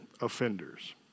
offenders